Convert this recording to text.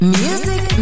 music